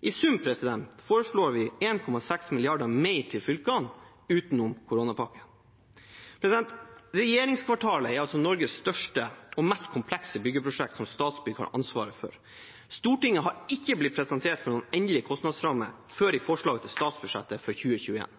I sum foreslår vi 1,6 mrd. kr mer til fylkene utenom koronapakken. Regjeringskvartalet er Norges største og mest komplekse byggeprosjekt, som Statsbygg har ansvar for. Stortinget har ikke blitt presentert for noen endelig kostnadsramme før i forslaget til statsbudsjettet for 2021.